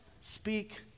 speak